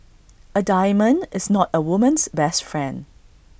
A diamond is not A woman's best friend